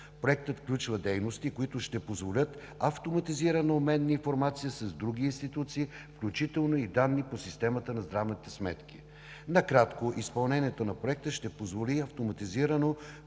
Проектът включва дейности, които ще позволят автоматизиран обмен на информация с други институции, включително и данни по системата на здравните сметки. Накратко, изпълнението на Проекта ще позволи автоматизирано